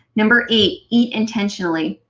number eight, eat intentionally.